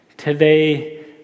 Today